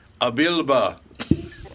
Abilba